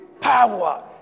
power